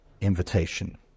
invitation